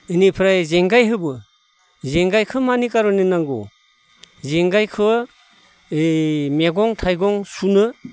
इनिफ्राय जेंगाय हेबो जेंगायखो मानि कारने नांगो जेंगायखो ओइ मैगं थाइगं सुनो